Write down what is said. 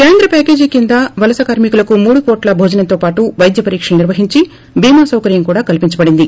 కేంద్ర ప్యాకేజీ కింద వలస కార్మికులకు మూడు పూట్ల భోజనంతో పాటు వైద్య పరీక్షలు నిర్వహించి బీమా సౌకర్యం కూడా కల్పించబడింది